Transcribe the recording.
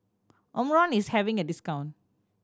omron is having a discount